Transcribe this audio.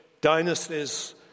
dynasties